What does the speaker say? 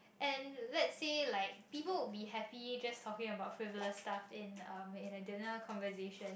and let's say like people would be happy just talking about frivolous stuff in a may in a dinner conversation